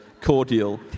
cordial